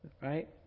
Right